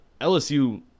LSU